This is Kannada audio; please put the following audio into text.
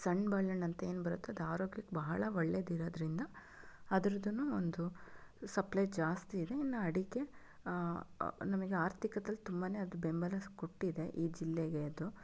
ಸಣ್ಣ ಬಾಳೆಹಣ್ಣು ಅಂತ ಏನು ಬರುತ್ತೋ ಅದು ಆರೋಗ್ಯಕ್ಕೆ ಬಹಳ ಒಳ್ಳೆದಿರೋದ್ರಿಂದ ಅದರದ್ದೂನು ಒಂದು ಸಪ್ಲೈ ಜಾಸ್ತಿ ಇದೆ ಇನ್ನು ಅಡಿಕೆ ನಮಗೆ ಆರ್ಥಿಕತೇಲಿ ತುಂಬನೇ ಅದು ಬೆಂಬಲ ಕೊಟ್ಟಿದೆ ಈ ಜಿಲ್ಲೆಗೆ ಅದು